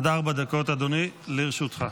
עד ארבע דקות, אדוני, לרשותך.